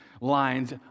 lines